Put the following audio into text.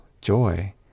joy